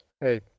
Hey